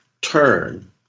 turn